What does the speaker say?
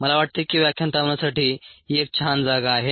मला वाटते की व्याख्यान थांबवण्यासाठी ही एक छान जागा आहे